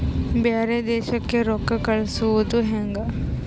ಬ್ಯಾರೆ ದೇಶಕ್ಕೆ ರೊಕ್ಕ ಕಳಿಸುವುದು ಹ್ಯಾಂಗ?